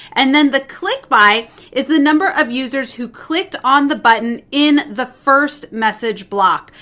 and then the click by is the number of users who clicked on the button in the first message block.